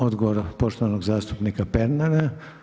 Odgovor poštovanog zastupnika Pernara.